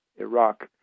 Iraq